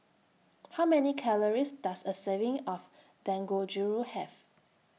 How Many Calories Does A Serving of Dangojiru Have